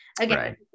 Again